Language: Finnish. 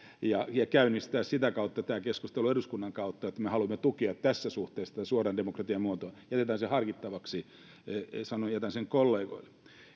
ja ja käynnistää sitä kautta tämä keskustelu eduskunnan kautta että me haluamme tukea tässä suhteessa tätä suoran demokratian muotoa jätetään se harkittavaksi en sano että jätän sen kollegoille